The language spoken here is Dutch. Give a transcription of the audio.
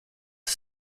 het